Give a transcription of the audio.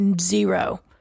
zero